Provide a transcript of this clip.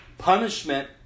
Punishment